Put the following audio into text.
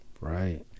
Right